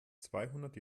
zweihundert